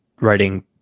writing